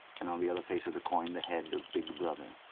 and on the other face of the coin the head of big brother.